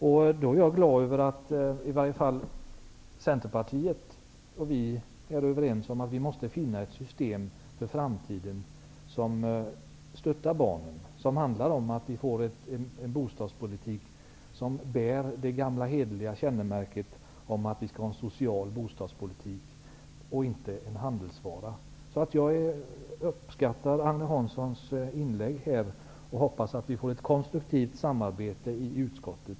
Jag är därför glad över att åtminstone Centerpartiet och vi socialdemokrater är överens om att vi måste finna ett system för framtiden som innebär att vi stöttar barnen och att vi får en bostadspolitik som bär det gamla hederliga kännemärket att vi skall ha en social bostadspolitik och att bostaden inte skall vara en handelsvara. Jag uppskattar alltså Agne Hanssons inlägg och hoppas att vi framöver får ett konstruktivt samarbete i utskottet.